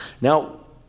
Now